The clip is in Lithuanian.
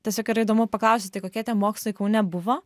tiesiog yra įdomu paklausti tai kokie tie mokslai kaune buvo